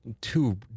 two